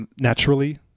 naturally